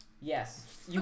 Yes